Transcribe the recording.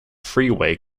freeway